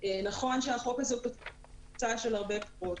נכון שהחוק הזה הוא תוצאה של הרבה פשרות,